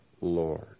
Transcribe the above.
Lord